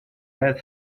red